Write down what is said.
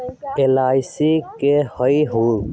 LIC की होअ हई?